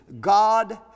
God